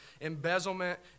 embezzlement